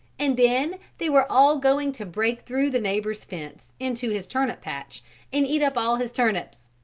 and then they were all going to break through the neighbor's fence into his turnip patch and eat up all his turnips.